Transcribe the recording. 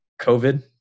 COVID